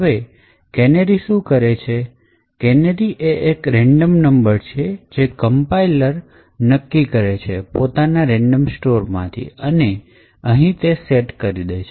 હવે કેનેરી શું છે કેનેરી એ રેન્ડમ નંબર છે કે જે કંપાઇલરs નક્કી કરે છે પોતાના રેન્ડમ સ્ટોરમાંથી અને અહીં સેટ કરે છે